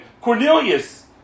Cornelius